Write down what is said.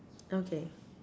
okay